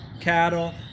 cattle